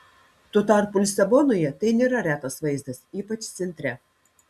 tuo tarpu lisabonoje tai nėra retas vaizdas ypač centre